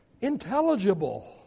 Intelligible